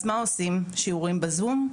אז מה עושים, שיעורים בזום?